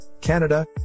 Canada